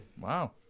Wow